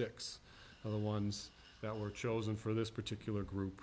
are the ones that were chosen for this particular group